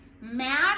mad